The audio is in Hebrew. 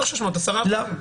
600 זה עשרה אחוזים.